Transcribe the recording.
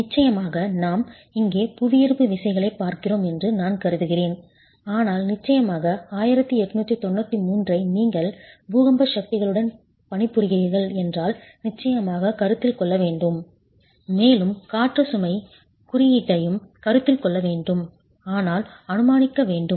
நிச்சயமாக நாம் இங்கே புவியீர்ப்பு விசைகளைப் பார்க்கிறோம் என்று நான் கருதுகிறேன் ஆனால் நிச்சயமாக 1893 ஐ நீங்கள் பூகம்ப சக்திகளுடன் பணிபுரிகிறீர்கள் என்றால் நிச்சயமாக கருத்தில் கொள்ள வேண்டும் மேலும் காற்று சுமை குறியீட்டையும் கருத்தில் கொள்ள வேண்டும் ஆனால் அனுமானிக்க வேண்டும்